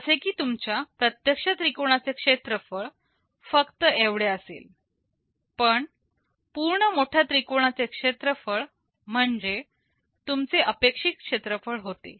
जसे की तुमच्या प्रत्यक्ष त्रिकोणाचे क्षेत्रफळ फक्त एवढे असेल पण पूर्ण मोठ्या त्रिकोणाचे क्षेत्रफळ म्हणजे तुमचे अपेक्षित क्षेत्रफळ होते